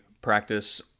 practice